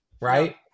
Right